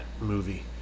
movie